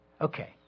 Okay